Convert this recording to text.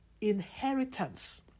inheritance